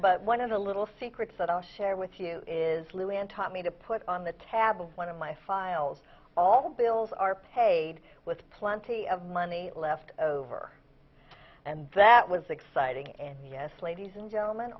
but one of the little secrets that i'll share with you is lew and taught me to put on the tab of one of my files all bills are paid with plenty of money left over and that was exciting and yes ladies and gentlem